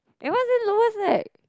eh why's it lowest mag